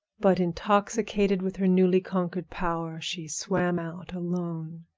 but intoxicated with her newly conquered power, she swam out alone.